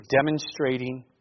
demonstrating